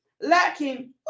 lacking